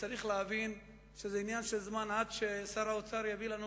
צריך להבין שזה עניין של זמן עד ששר האוצר יביא לנו